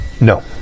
No